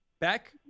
Beck